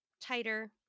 tighter